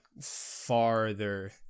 farther